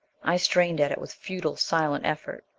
i strained at it with futile, silent effort.